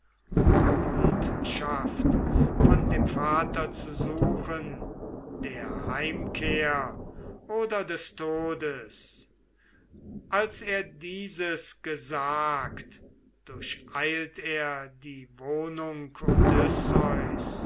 um kundschaft von dem vater zu suchen der heimkehr oder des todes als er dieses gesagt durcheilt er die wohnung